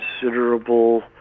considerable